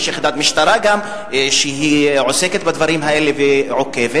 יש גם יחידת משטרה שעוסקת בדברים האלה ועוקבת,